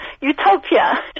utopia